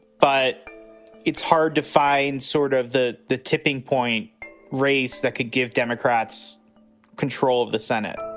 but it's hard to find sort of the the tipping point race that could give democrats control of the senate